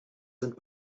sind